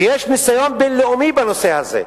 ויש ניסיון בין-לאומי בנושא הזה.